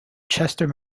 chester